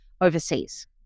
overseas